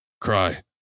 Cry